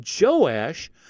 Joash